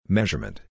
Measurement